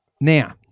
Now